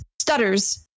stutters